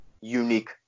unique